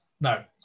No